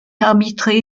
arbitré